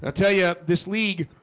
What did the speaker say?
ah tell you this league.